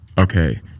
okay